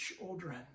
children